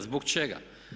Zbog čega?